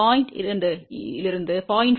2 இலிருந்து 0